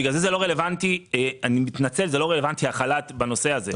בגלל זה החל"ת לא רלוונטי בנושא הזה.